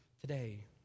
today